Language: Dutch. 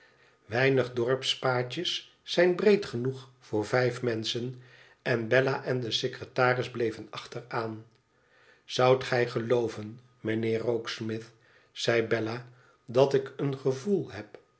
nig dorpspaadjes zijn breed genoeg voor vijf menschen en bella en de secretaris bleven achteraan zoudt gij gelooven mijnheer rokesmith zei bella dat ik een gevoel heb